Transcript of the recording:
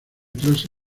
clase